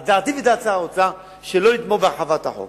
על דעתי ועל דעת שר האוצר שלא נתמוך בהרחבת החוק.